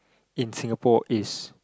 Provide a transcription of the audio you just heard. in Singapore is